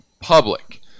public